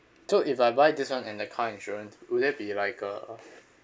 so if I buy this [one] and the car insurance would there be like a